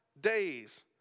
days